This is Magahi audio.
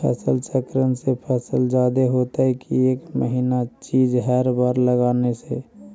फसल चक्रन से फसल जादे होतै कि एक महिना चिज़ हर बार लगाने से?